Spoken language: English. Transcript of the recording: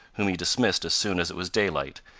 whom he dismissed as soon as it was daylight,